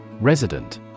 Resident